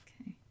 Okay